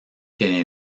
tiene